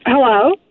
Hello